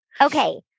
Okay